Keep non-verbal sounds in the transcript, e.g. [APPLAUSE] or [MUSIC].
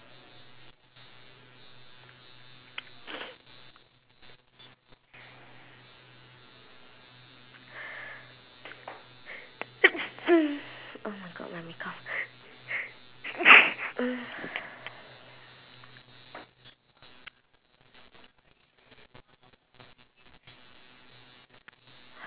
[NOISE] oh my god my make up [NOISE]